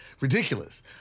ridiculous